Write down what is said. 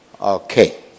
Okay